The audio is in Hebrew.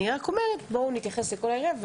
אני רק אומרת, בואו נתייחס לכל העניין.